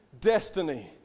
Destiny